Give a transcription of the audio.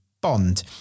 bond